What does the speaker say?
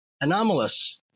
Anomalous